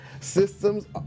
Systems